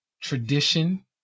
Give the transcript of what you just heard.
tradition